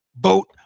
vote